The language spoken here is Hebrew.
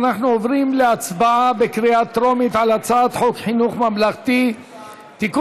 אנחנו עוברים להצבעה בקריאה טרומית על הצעת חוק חינוך ממלכתי (תיקון,